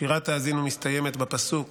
שירת האזינו מסתיימת בפסוק